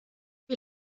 wie